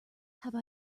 have